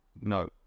No